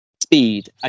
speed